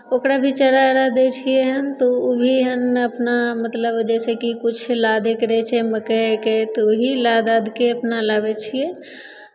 ओकरा भी चारा आरा दै छियै हन तऽ ओ ओ भी हन अपना मतलब जैसेकि किछु लादयके रहै छै मकइ ओकइ तऽ उएह लादि लादि कऽ अपना लाबै छियै